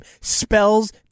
spells